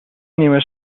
نیمه